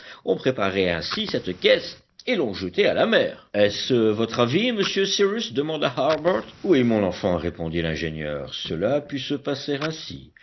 ont préparé ainsi cette caisse et l'ont jetée à la mer est-ce votre avis monsieur cyrus demanda harbert oui mon enfant répondit l'ingénieur cela a pu se passer ainsi